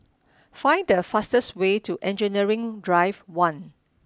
find the fastest way to Engineering Drive one